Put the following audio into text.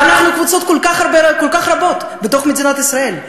ואנחנו קבוצות כל כך רבות בתוך מדינת ישראל.